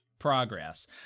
progress